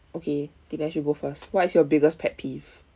okay dinesh you go first what's your biggest pet peeve